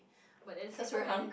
but at the same time any~